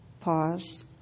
pause